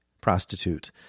prostitute